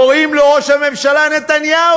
קוראים לו ראש הממשלה נתניהו,